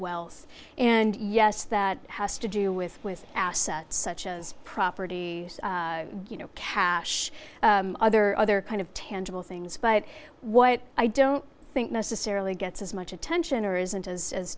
wealth and yes that has to do with with assets such as property you know cash other other kind of tangible things but what i don't think necessarily gets as much attention or isn't as as